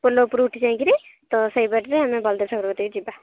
ପୋଲ ଉପରୁକୁ ଉଠି ଯାଇକରି ତ ସେଇ ବାଟରେ ଆମେ ବଳଦେବ ଠାକୁର କତିକି ଯିବା